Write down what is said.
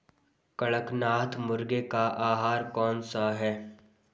कड़कनाथ मुर्गे का आहार कौन सा है?